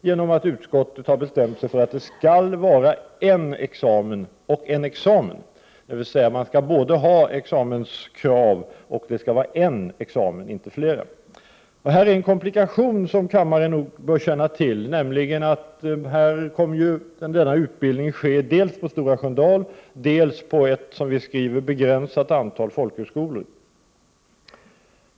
Man har i utskottet bestämt sig för att det skall vara en examen, dvs. man skall ha krav på examen och endast en sådan examen, inte flera. Det finns en komplikation här som kammaren bör känna till, nämligen att utbildningen kommer att ske dels på Stora Sköndal, dels på ett begränsat antal folkhögskolor.